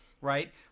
right